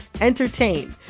entertain